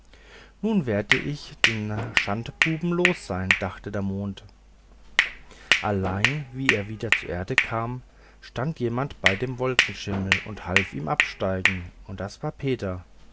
nun werde ich den schandbuben los sein dachte der mond allein wie er wieder zur erde kam stand jemand bei dem wolkenschimmel und half ihm absteigen und das war peter